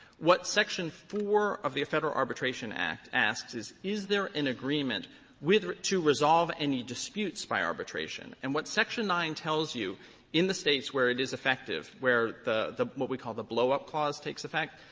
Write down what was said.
what section four of the federal arbitration act asks is, is there an agreement with to resolve any disputes by arbitration? and what section nine tells you in the states where it is effective, where the the what we call the blowup clause takes effect,